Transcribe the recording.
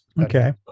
Okay